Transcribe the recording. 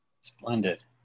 Splendid